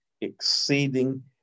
exceeding